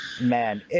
Man